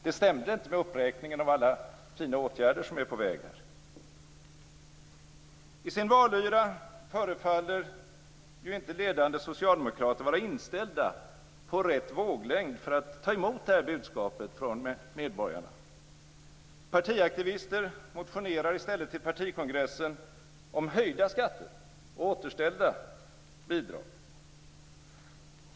Det stämde inte med uppräkningen av alla fina åtgärder som är på väg. I sin valyra förefaller dock inte ledande socialdemokrater vara inställda på rätt våglängd för att ta emot detta budskap från medborgarna. Partiaktivister motionerar i stället till partikongressen om höjda skatter och återställda bidrag.